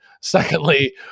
Secondly